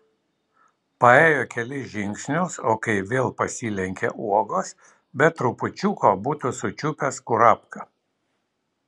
paėjo kelis žingsnius o kai vėl pasilenkė uogos be trupučiuko būtų sučiupęs kurapką